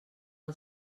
del